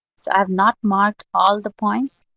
so i have not marked all the points.